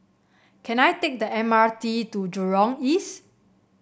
can I take the M R T to Jurong East